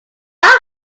are